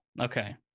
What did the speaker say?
okay